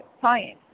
science